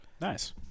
Nice